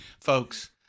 folks